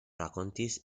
rakontis